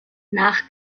nach